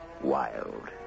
Wild